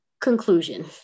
conclusion